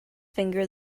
finger